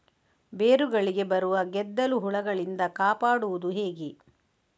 ಬೇರುಗಳಿಗೆ ಬರುವ ಗೆದ್ದಲು ಹುಳಗಳಿಂದ ಕಾಪಾಡುವುದು ಹೇಗೆ?